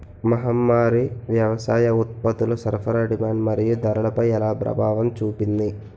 మహమ్మారి వ్యవసాయ ఉత్పత్తుల సరఫరా డిమాండ్ మరియు ధరలపై ఎలా ప్రభావం చూపింది?